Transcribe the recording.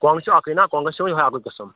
کۄنٛگ چھُ اَکُے نا کۄنٛگَس چھُ یِہوٚے اَکُے قٕسٕم